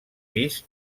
pis